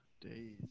Days